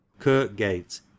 Kirkgate